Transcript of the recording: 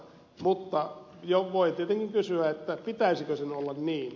mutta voi tietenkin kysyä pitäisikö sen olla niin